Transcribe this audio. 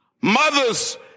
mothers